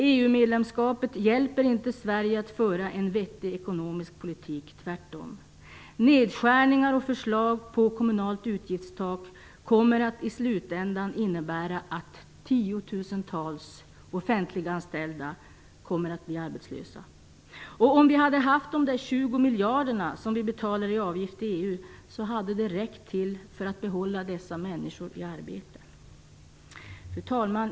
EU medlemskapet hjälper inte Sverige att föra en vettig ekonomisk politik - tvärtom. Nedskärningar och förslag på kommunalt utgiftstak kommer i slutändan att innebära att tiotusentals offentliganställda blir arbetslösa. Om vi hade haft de 20 miljarder som vi betalar i avgift till EU hade det räckt för att behålla dessa människor i arbete. Fru talman!